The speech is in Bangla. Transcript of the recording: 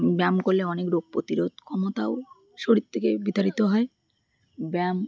ব্যায়াম করলে অনেক রোগ প্রতিরোধ ক্ষমতাও শরীর থেকে বিতাড়িত হয় ব্যায়াম